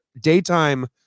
daytime